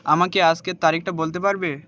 আমাকে আজকের তারিখটা বলতে পারবে